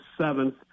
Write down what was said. seventh